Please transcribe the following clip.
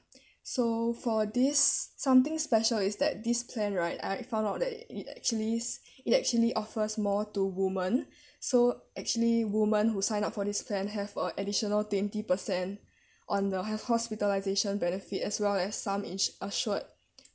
so for this something special is that this plan right I found out that it actually it actually offers more to women so actually women who sign up for this plan have a additional twenty percent on the hos~ hospitalisation benefit as well as some ins~ assured